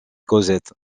cosette